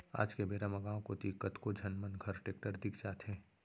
आज के बेरा म गॉंव कोती कतको झन मन घर टेक्टर दिख जाथे